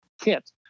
kit